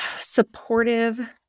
supportive